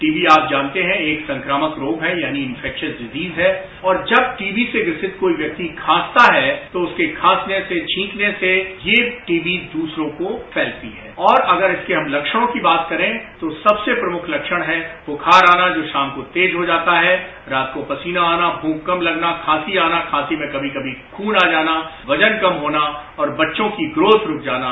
TB आप जानते है एक संक्रामक रोग है यानि इन्फेक्शस्स डिसीज है और जब टीबी से ग्रसित कोई व्यक्ति खांसता है तो उसके खांसने से छींकने से ये टीबी दूसरों को फैलती है और अगर इसके हम लक्ष्णों की बात करें तो सबसे प्रमुख लक्ष्ण है बुखार आना जो शाम को तेज हो जाता है रात को पसीना आना भूख कम लगना खांसी आना खांसी में कभी कभी खून आ जाना वजन कम होना और बच्चों की ग्रोथ कम होना